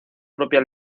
propia